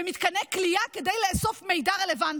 במתקני כליאה כדי לאסוף מידע רלוונטי.